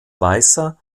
weißer